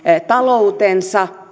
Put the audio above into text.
talouttaan